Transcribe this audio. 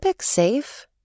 safe